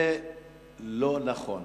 זה לא נכון,